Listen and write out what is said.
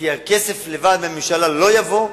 כי הכסף מהממשלה לבד לא יבוא,